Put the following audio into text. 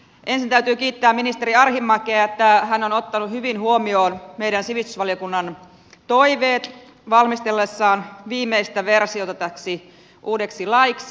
ensin täytyy kiittää ministeri arhinmäkeä että hän on ottanut hyvin huomioon meidän sivistysvaliokunnan toiveet valmistellessaan viimeistä versiota täksi uudeksi laiksi